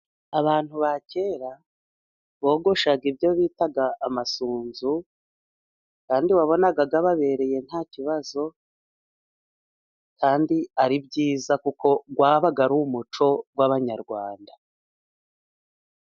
Abantu ba kera bogoshaga ibyo bitaga amasunzu, kandi wabonaga baberewe nta kibazo, kandi ari byiza. Kuko wabaga ari umuco w'Abanyarwanda.